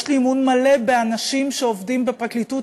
יש לי אמון מלא באנשים שעובדים בפרקליטות